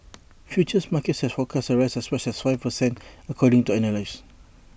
futures markets had forecast A rise of as much as five per cent according to analysts